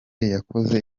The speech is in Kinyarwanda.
yakoze